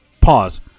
pause